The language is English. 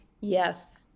yes